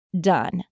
done